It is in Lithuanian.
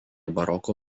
baroko